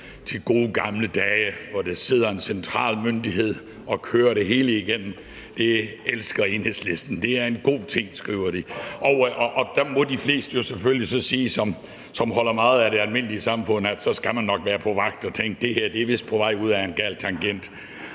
til de gode gamle dage, hvor der sidder en central myndighed og kører det hele igennem. Det elsker Enhedslisten. Det er en god ting, skriver de, og der må de fleste, som holder meget af det almindelige samfund, jo så selvfølgelig sige, at man så nok skal være på vagt og tænke, at det her vist er på vej ud ad en gal tangent.